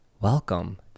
welcome